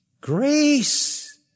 Grace